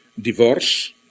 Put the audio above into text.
divorce